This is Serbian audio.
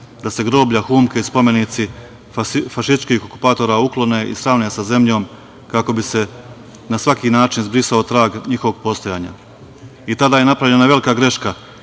da se groblja, humke i spomenici fašističkih okupatora uklone i sravne sa zemljom, kako bi se na svaki način zbrisao trag njihovog postojanja. Tada je napravljena velika greška